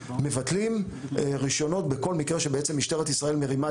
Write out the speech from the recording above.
מבטלים רישיונות בכל מקרה בו בעצם משטרת ישראל מרימה